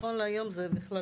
נכון להיום זה בכלל,